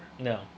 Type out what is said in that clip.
No